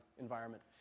environment